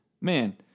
man